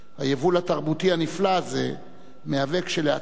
היבול התרבותי הנפלא הזה מהווה כשלעצמו